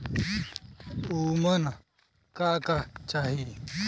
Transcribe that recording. उमन का का चाही?